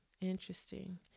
interesting